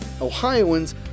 Ohioans